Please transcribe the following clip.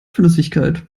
flüssigkeit